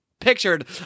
Pictured